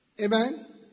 Amen